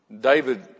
David